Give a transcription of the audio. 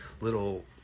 little